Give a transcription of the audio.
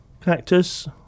cactus